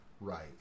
Right